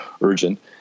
urgent